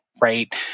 right